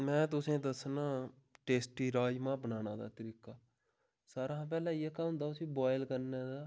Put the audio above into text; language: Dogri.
में तुसेंगी दस्सना टेस्टी राज़मा बनाने दा तरीका सारें ही पैह्ले जेह्का होंदा उसी बुआयल करना